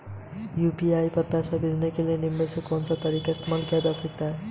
UPI पर पैसे भेजने के लिए निम्नलिखित में से कौन सा तरीका इस्तेमाल किया जा सकता है?